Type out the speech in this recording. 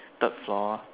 third floor